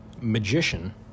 magician